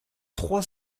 trois